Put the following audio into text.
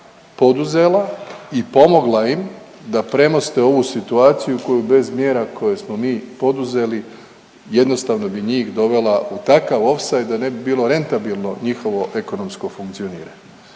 poduzela i pomogla im da premoste ovu situaciju koju bez mjera koje smo mi poduzeli jednostavno bi njih dovela u takav ofsajd da ne bi bilo rentabilno njihovo ekonomsko funkcioniranje.